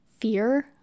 fear